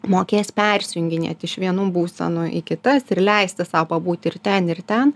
mokės persijunginėti iš vienų būsenų į kitas ir leisti sau pabūti ir ten ir ten